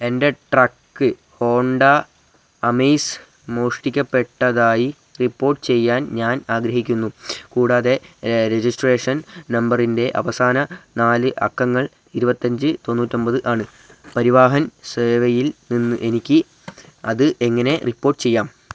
എൻറ്റെ truck Honda Amaze മോഷ്ടിക്കപ്പെട്ടതായി report ചെയ്യാൻ ഞാൻ ആഗ്രഹിക്കുന്നു കൂടാതെ രജിസ്ട്രേഷൻ നമ്പറിൻറ്റെ അവസാന നാല് അക്കങ്ങൾ ഇരുപത്തഞ്ച് തൊണ്ണൂറ്റൊമ്പത് ആണ് പരിവാഹൻ സേവയിൽ നിന്ന് എനിക്ക് അത് എങ്ങനെ റിപ്പോട്ട് ചെയ്യാം